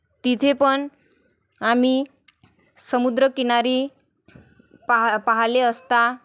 तिथे पण आम्ही समुद्रकिनारी पाहा पाहिले असता